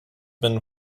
been